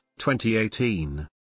2018